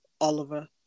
Oliver